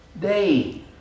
day